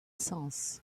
sens